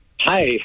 Hi